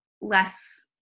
less